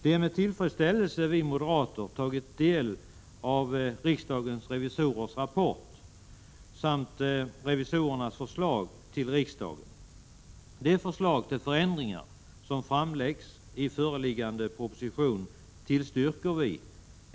Det är med tillfredsställelse som vi moderater har tagit del av rapporten från riksdagens revisorer samt revisorernas förslag till riksdagen. Det förslag till förändringar som framläggs i föreliggande proposition tillstyrker vi.